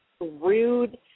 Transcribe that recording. rude